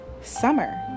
summer